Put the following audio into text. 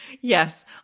Yes